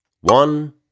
one